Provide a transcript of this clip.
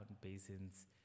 basins